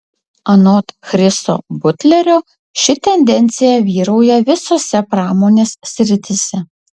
anot chriso butlerio ši tendencija vyrauja visose pramonės srityse